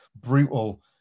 brutal